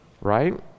right